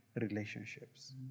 relationships